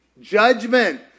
judgment